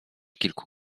kilku